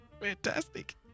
Fantastic